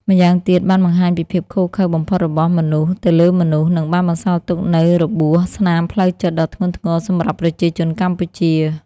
ម្យ៉ាងទៀត បានបង្ហាញពីភាពឃោរឃៅបំផុតរបស់មនុស្សទៅលើមនុស្ស និងបានបន្សល់ទុកនូវរបួសស្នាមផ្លូវចិត្តដ៏ធ្ងន់ធ្ងរសម្រាប់ប្រជាជនកម្ពុជា។